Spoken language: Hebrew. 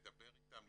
לדבר איתם,